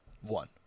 One